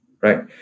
right